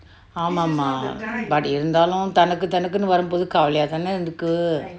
ஆமா:aama but தனுக்கு தனுக்கு னே வாரும் மோது காவலிய தானே இருக்கு:tanukku tanukku ne varum motu kavaliya tane irukku